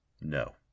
No